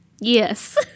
Yes